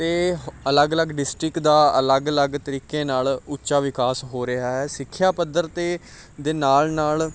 ਅਤੇ ਅਲੱਗ ਅਲੱਗ ਡਿਸਟਰਿਕਟ ਦਾ ਅਲੱਗ ਅਲੱਗ ਤਰੀਕੇ ਨਾਲ ਉੱਚਾ ਵਿਕਾਸ ਹੋ ਰਿਹਾ ਹੈ ਸਿੱਖਿਆ ਪੱਧਰ 'ਤੇ ਦੇ ਨਾਲ ਨਾਲ